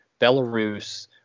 Belarus